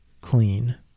clean